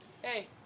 Hey